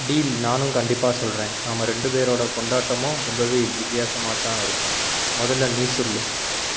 deal நானும் கண்டிப்பாக சொல்கிறேன் நாம ரெண்டு பேரோட கொண்டாட்டமும் ரொம்ப வித்தியாசமாக தான் இருக்கும் முதல்ல நீ சொல்